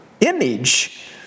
image